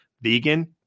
vegan